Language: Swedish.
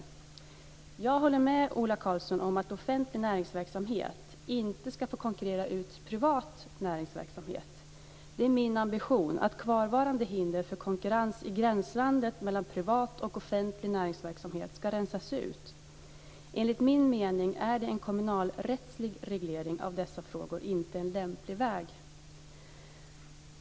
Jag håller med Ola Karlsson om att offentlig näringsverksamhet inte ska få konkurrera ut privat näringsverksamhet. Det är min ambition att kvarvarande hinder för konkurrens i gränslandet mellan privat och offentlig näringsverksamhet ska rensas ut. Enligt min mening är en kommunalrättslig reglering av dessa frågor inte en lämplig väg att gå.